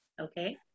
Okay